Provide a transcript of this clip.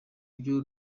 byo